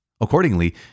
Accordingly